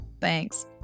thanks